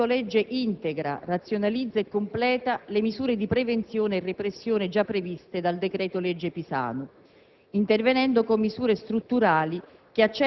Sotto il profilo normativo, il decreto-legge integra, razionalizza e completa le misure di prevenzione e repressione già previste dal decreto-legge Pisanu,